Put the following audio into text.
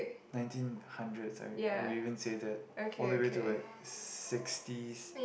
nineteen hundreds I I would even say that all the way to like sixties